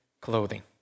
clothing